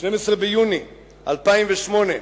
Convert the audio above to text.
12 ביוני 2008,